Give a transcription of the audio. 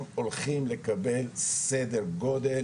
הם הולכים לקבל סדר גודל